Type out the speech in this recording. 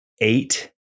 eight